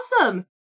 awesome